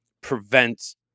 prevent